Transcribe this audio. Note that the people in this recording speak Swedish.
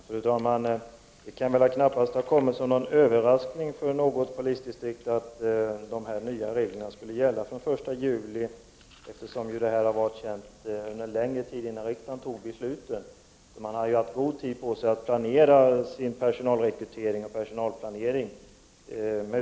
Fru talman! Det kan väl knappast ha kommit som någon överraskning för något polisdistrikt att de nya reglerna skulle gälla från den 1 juli, eftersom detta var känt långt innan riksdagen fattade beslutet. Man har alltså haft god tid på sig fram till den 1 juli att planera för personalrekryteringen.